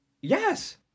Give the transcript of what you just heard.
Yes